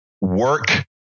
work